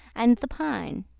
and the pine?